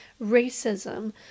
racism